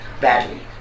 badly